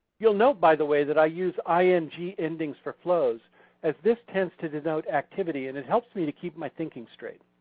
you'll note by the way that i use i n g endings for flows as this tends to denote activity and it helps me to keep my thinking straight.